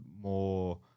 more